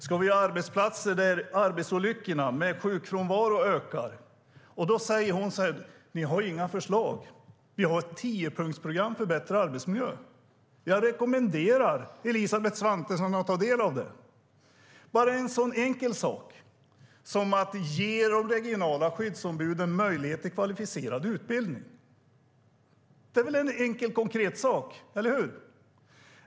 Ska vi ha arbetsplatser där arbetsolyckorna och sjukfrånvaro ökar? Då säger hon så här: Ni har inga förslag. Vi har ett tiopunktsprogram för bättre arbetsmiljö. Jag rekommenderar Elisabeth Svantesson att ta del av det. Det gäller bara en sådan enkel sak som att ge de regionala skyddsombuden möjlighet till kvalificerad utbildning. Det är väl en enkel och konkret sak - eller hur?